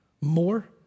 more